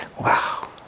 Wow